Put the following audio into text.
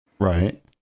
Right